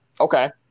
Okay